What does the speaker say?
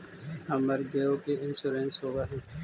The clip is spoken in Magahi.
हमर गेयो के इंश्योरेंस होव है?